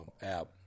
app